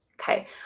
Okay